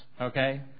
okay